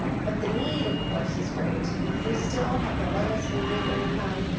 but the need, of course, is great. we still have the lowest median income,